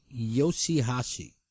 Yoshihashi